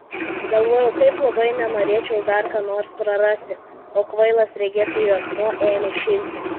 galvojau kaip labai nenorėčiau dar ką nors prarasti o kvailas regėtojų akmuo ėmė šilti